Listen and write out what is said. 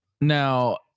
Now